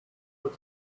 put